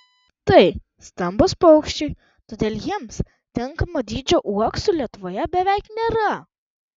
tai stambūs paukščiai todėl jiems tinkamo dydžio uoksų lietuvoje beveik nėra